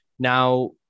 Now